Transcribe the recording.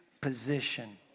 position